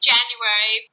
January